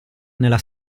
nella